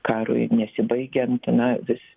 karui nesibaigiant na vis